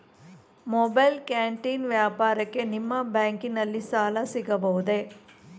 Mobile canteen ವ್ಯಾಪಾರಕ್ಕೆ ನಿಮ್ಮ ಬ್ಯಾಂಕಿನಲ್ಲಿ ಸಾಲ ಸಿಗಬಹುದೇ?